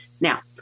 Now